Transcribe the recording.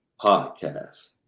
Podcast